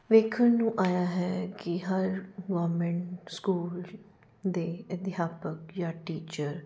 ਵੇਖਣ ਨੂੰ ਆਇਆ ਹੈ ਕਿ ਹਰ ਗਵਰਮੈਟ ਸਕੂਲ ਦੇ ਅਧਿਆਪਕ ਜਾਂ ਟੀਚਰ